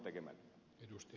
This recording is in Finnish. arvoisa puhemies